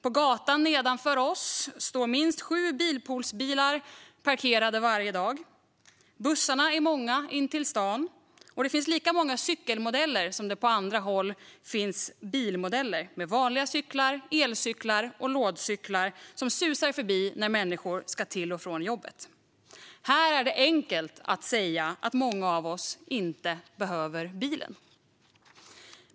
På gatan nedanför oss står minst sju bilpoolsbilar parkerade varje dag. Bussarna är många in till stan, och det finns lika många cykelmodeller som det på andra håll finns bilmodeller. Det är vanliga cyklar, elcyklar och lådcyklar som susar förbi när människor ska till och från jobbet. Här är det enkelt att säga att många av oss inte behöver bilen.